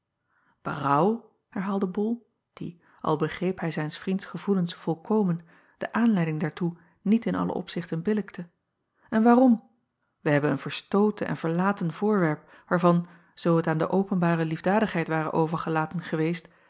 erouw herhaalde ol die al begreep hij zijns vriends gevoelens volkomen de aanleiding daartoe niet in alle opzichten billijkte en waarom ij hebben een verstooten en verlaten voorwerp waarvan zoo het aan de openbare liefdadigheid ware overgelaten geweest